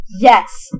Yes